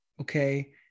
okay